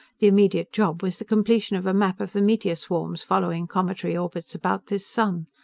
the immediate job was the completion of a map of the meteor swarms following cometary orbits about this sun.